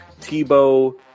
Tebow